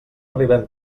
arribem